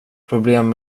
problem